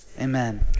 Amen